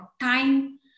time